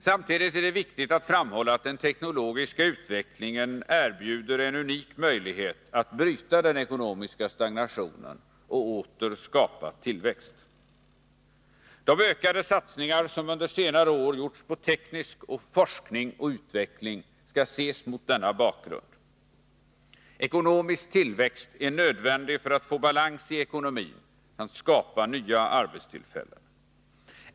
Samtidigt är det viktigt att framhålla att den teknologiska utvecklingen erbjuder en unik möjlighet att bryta den ekonomiska stagnationen och åter skapa tillväxt. De ökade satsningar som under senare år gjorts på teknisk forskning och utveckling skall ses mot denna bakgrund. Ekonomisk tillväxt är nödvändig för att man skall få balans i ekonomin samt kunna skapa nya arbetstillfällen.